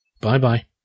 Bye-bye